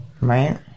Right